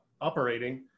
operating